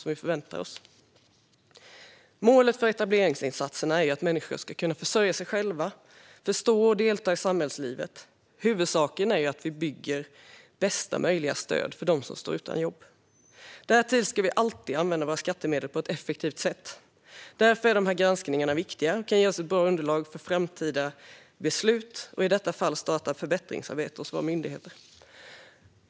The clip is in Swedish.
Riksrevisionens rapport om uppfölj-ning av deltagare i Förberedande och orienterande utbild-ning inom etablerings-uppdraget Målet för etableringsinsatserna är att människor ska kunna försörja sig själva och förstå och delta i samhällslivet. Huvudsaken är att vi bygger bästa möjliga stöd för dem som står utan jobb. Därtill ska vi alltid använda våra skattemedel på ett effektivt sätt. Därför är dessa granskningar viktiga och kan ge oss ett bra underlag för framtida beslut och, som i detta fall, starta ett förbättringsarbete hos myndigheterna.